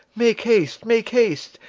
make haste, make haste!